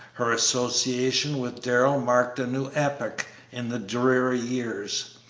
her association with darrell marked a new epoch in the dreary years.